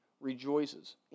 rejoices